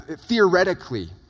theoretically